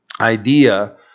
idea